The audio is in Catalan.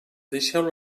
deixeu